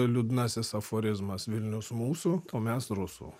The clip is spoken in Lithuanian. liūdnasis aforizmas vilnius mūsų o mes rusų